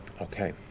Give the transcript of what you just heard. Okay